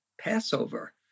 Passover